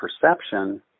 perception